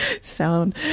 Sound